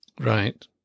Right